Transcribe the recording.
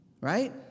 Right